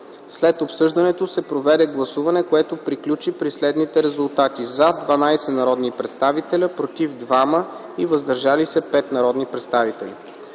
След обсъждането се проведе гласуване, което приключи при следните резултати: „за” – 12 народни представители, „против” – 2 и „въздържали се” – 5 народни представители.